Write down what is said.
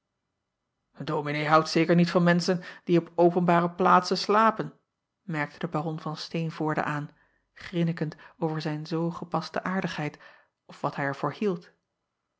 ominee houdt zeker niet van menschen die op openbare plaatsen slapen merkte de aron van teenvoorde aan grinnikend over zijn zoo gepaste aardigheid of wat hij er voor hield